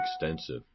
extensive